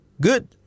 good